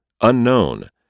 Unknown